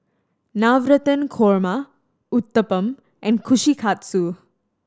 Navratan Korma Uthapam and Kushikatsu